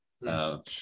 no